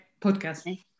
podcast